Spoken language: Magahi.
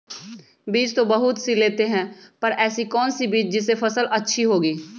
बीज तो बहुत सी लेते हैं पर ऐसी कौन सी बिज जिससे फसल अच्छी होगी?